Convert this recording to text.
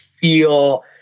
feel